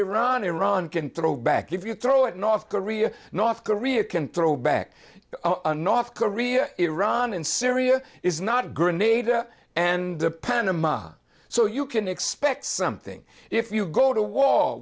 iran iran can throw back if you throw it north korea north korea can throw back north korea iran and syria is not grenada and panama so you can expect something if you go to wa